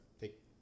take